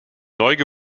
gebiete